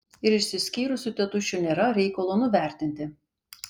ir išsiskyrusių tėtušių nėra reikalo nuvertinti